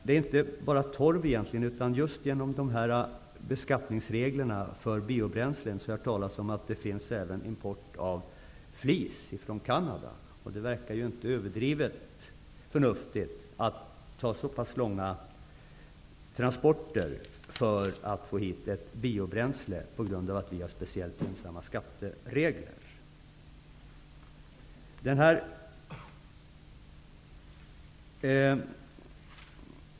Jag har hört talas om att det till följd av just beskattningsreglerna för biobränslen även importeras flis från Canada. Det verkar inte överdrivet förnuftigt att vi, på grund av att vi har speciellt gynsamma skatteregler, ger underlag för så pass långa transporter för att få hit ett biobränsle.